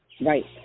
Right